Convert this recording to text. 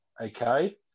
Okay